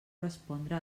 respondre